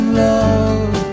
love